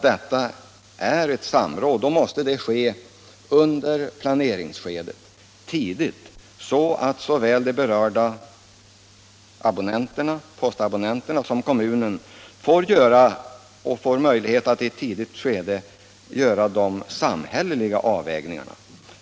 Det bör ske tidigt under planeringsskedet så att såväl de berörda postabonnenterna som kommunen får möjlighet att göra de samhälleliga avvägningarna.